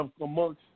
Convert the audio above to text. Amongst